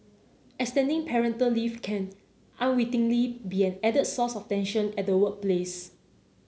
extending parental leave can unwittingly be an added source of tension at the workplace